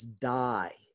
die